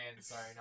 Sorry